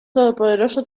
todopoderoso